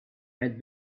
had